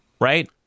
right